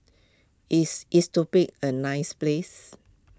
is Ethiopia a nice place